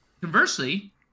conversely